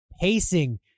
pacing